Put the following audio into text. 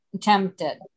tempted